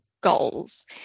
goals